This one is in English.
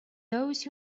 those